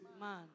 Man